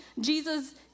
Jesus